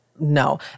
No